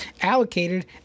allocated